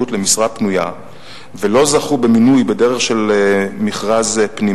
הוא צריך פשוט לדרוש יותר תקציבים,